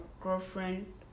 girlfriend